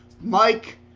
Mike